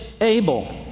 able